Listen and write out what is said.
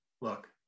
look